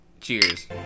Cheers